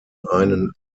einen